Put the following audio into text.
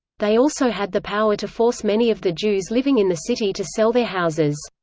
they also had the power to force many of the jews living in the city to sell their houses.